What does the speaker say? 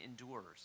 endures